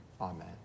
Amen